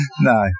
no